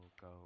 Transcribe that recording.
go